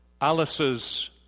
Alice's